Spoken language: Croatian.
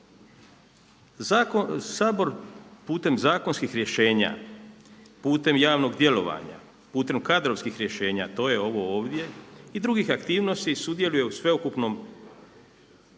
Sabor putem zakonskih rješenja, putem javnog djelovanja, putem kadrovskih rješenja, a to je ovo ovdje i drugih aktivnosti sudjeluje u sveukupnom